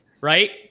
Right